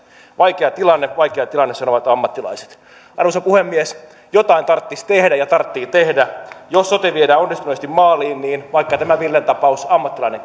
vaikea tilanne vaikea tilanne sanovat ammattilaiset arvoisa puhemies jotain tarttis tehdä ja tarttee tehdä jos sote viedään onnistuneesti maaliin niin vaikka tässä villen tapauksessa ammattilainen